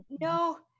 No